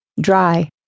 Dry